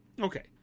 Okay